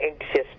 anxious